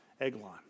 Eglon